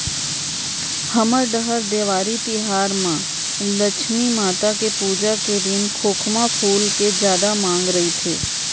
हमर डहर देवारी तिहार म लक्छमी माता के पूजा के दिन खोखमा फूल के जादा मांग रइथे